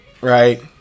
right